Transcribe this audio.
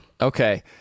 Okay